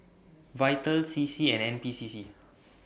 Vital C C and N P C C